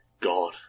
God